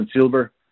silver